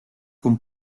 con